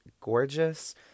gorgeous